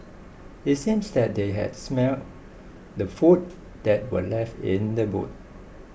it seemed that they had smelt the food that were left in the boot